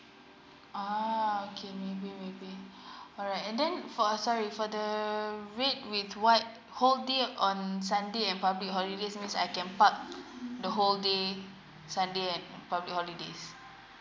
uh okay maybe maybe alright and then for uh sorry for the red with white whole day on sunday and public holidays means I can park the whole day sunday and public holidays